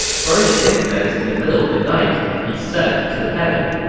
burning incense in the middle of the night, he said to heaven,